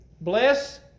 bless